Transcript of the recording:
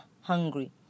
hungry